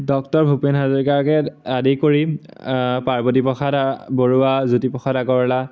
doctor Bhupen হাজৰিকাৰ আদি কৰি পাৰ্বতী প্ৰসাদ বৰুৱা জ্যোতিপ্ৰসাদ আগৰৱালা